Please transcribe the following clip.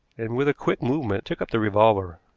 and, with a quick movement, took up the revolver.